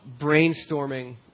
brainstorming